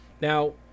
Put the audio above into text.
Now